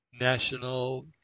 national